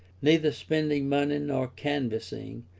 neither spending money nor canvassing,